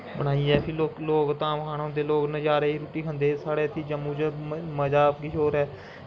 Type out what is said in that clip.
फ्ही लोग धाम खान ओैंदे लोग नज़ारे दी रुट्टी साढ़े इत्थै जम्मू च मज़ा गै कुछ होर ऐ